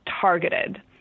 targeted